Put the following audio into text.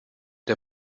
der